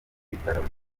bitaramo